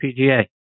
PGA